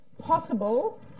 possible